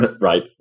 right